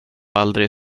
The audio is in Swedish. aldrig